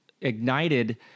ignited